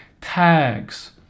tags